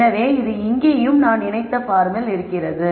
எனவே இது இங்கேயும் நாம் நினைத்த பார்மில் இருக்கிறது